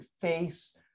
face